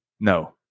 No